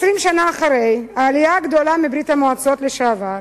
20 שנה אחרי העלייה הגדולה מברית-המועצות לשעבר,